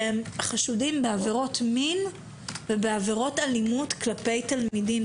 שהם חשודים בעבירות מין ובעבירות אלימות כלפי תלמידים,